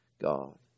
God